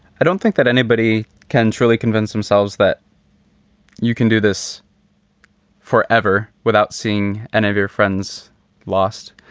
i don't think that anybody can truly convince themselves that you can do this forever without seeing any of your friends lost.